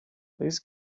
please